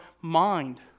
mind